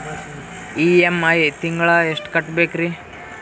EMI ತಿಂಗಳ ಎಷ್ಟು ಕಟ್ಬಕ್ರೀ?